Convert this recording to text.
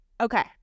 Okay